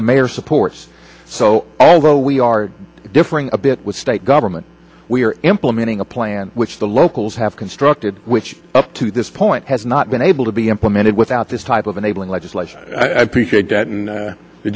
the mayor supports so although we are differing a bit with state government we are implementing a plan which the locals have constructed which up to this point has not been able to be implemented without this type of enabling legislation i appreciate that and